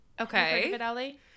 Okay